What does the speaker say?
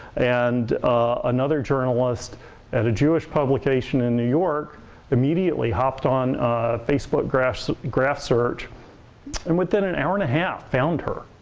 and another journalist at a jewish publication in new york immediately hopped on facebook graph so graph search and within an hour and a half found her.